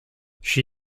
she